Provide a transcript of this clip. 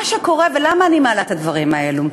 מה שקורה, ולמה אני מעלה את הדברים האלה?